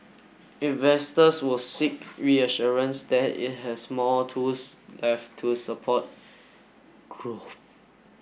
investors will seek reassurance that it has more tools left to support growth